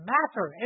Matter